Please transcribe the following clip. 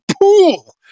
pool